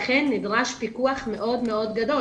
לכן נדרש פיקוח מאוד מאוד גדול.